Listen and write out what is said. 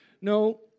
No